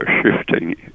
shifting